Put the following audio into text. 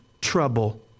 trouble